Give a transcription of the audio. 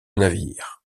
navire